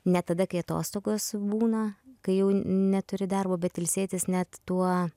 ne tada kai atostogos būna kai jau neturi darbo bet ilsėtis net tuo